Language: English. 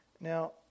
Now